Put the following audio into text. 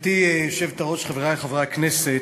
גברתי היושבת-ראש, חברי חברי הכנסת,